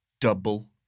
double